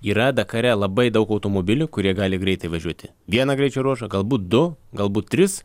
yra dakare labai daug automobilių kurie gali greitai važiuoti vieną greičio ruožą galbūt du galbūt tris